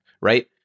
right